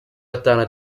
atahana